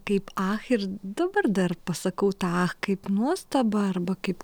kaip ach ir dabar dar pasakau tą ach kaip nuostabą arba kaip